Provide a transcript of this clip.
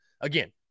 Again